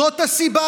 זאת הסיבה,